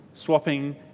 swapping